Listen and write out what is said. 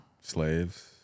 Slaves